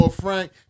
Frank